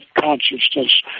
consciousness